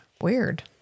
Weird